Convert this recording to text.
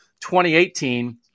2018